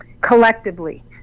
collectively